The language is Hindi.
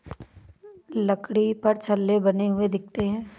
लकड़ी पर छल्ले बने हुए दिखते हैं